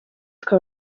twe